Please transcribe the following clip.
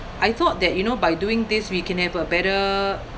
I thought that you know by doing this we can have a better